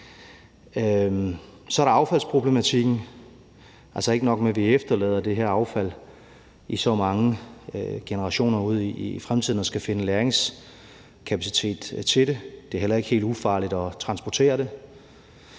Så er der affaldsproblematikken. Altså, ikke nok med at vi efterlader det her affald i så mange generationer ud i fremtiden og skal finde lagringskapacitet til det, så er det heller ikke helt ufarligt at transportere det.